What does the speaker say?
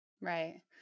Right